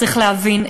צריך להבין,